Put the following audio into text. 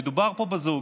מדובר בזוג,